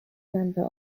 member